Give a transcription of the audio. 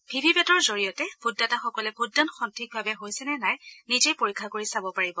ভিভিপেটৰ জৰিয়তে ভোটদাতাসকলে ভোটদান সঠিকভাৱে হৈছে নে নাই নিজেই পৰীক্ষা কৰি চাব পাৰিব